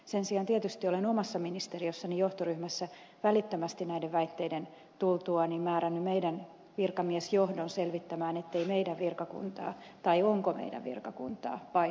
sen sijaan tietysti olen oman ministeriöni johtoryhmässä välittömästi näiden väitteiden tultua määrännyt meidän virkamiesjohtomme selvittämään ettei meidän virkakuntaamme ole vai onko meidän virkakuntaamme painostettu